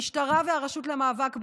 המשטרה והרשות למאבק באלימות,